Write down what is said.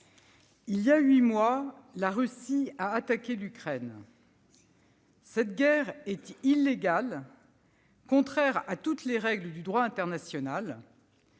il y a huit mois, la Russie a attaqué l'Ukraine. Cette guerre est illégale, contraire à toutes les règles du droit international.